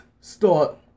start